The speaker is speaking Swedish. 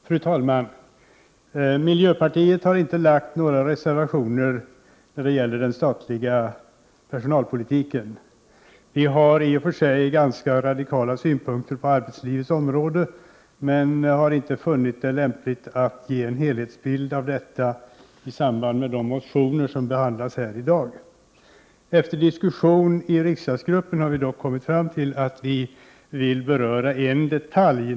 Fru talman! Miljöpartiet har inte lagt fram några reservationer när det gäller den statliga personalpolitiken. Vi har i och för sig ganska radikala synpunkter på arbetslivets område men har inte funnit det lämpligt att ge en helhetsbild av detta i samband med de motioner som behandlas här i dag. Efter diskussion i riksdagsgruppen har vi dock kommit fram till att vi vill beröra en detalj.